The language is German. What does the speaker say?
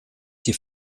die